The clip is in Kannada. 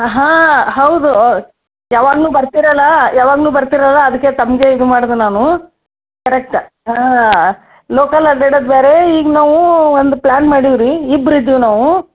ಹಾಂ ಹೌದು ಯಾವಾಗಲೂ ಬರ್ತೀರಲ್ಲಾ ಯಾವಾಗಲೂ ಬರ್ತೀರಲ್ಲ ಅದಕ್ಕೆ ತಮಗೇ ಇದು ಮಾಡುದು ನಾನು ಕರೆಕ್ಟ್ ಹಾಂ ಲೋಕಲ್ ಅಡ್ಡಾಡೋದ್ ಬೇರೆ ಈಗ ನಾವು ಒಂದು ಪ್ಲಾನ್ ಮಾಡೀವಿ ರೀ ಇಬ್ರು ಇದ್ದೀವಿ ನಾವು